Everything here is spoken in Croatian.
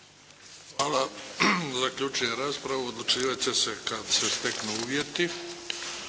Hvala. Zaključujem raspravu. Odlučivati će se kad se steknu uvjeti.